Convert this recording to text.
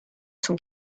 son